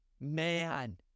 Man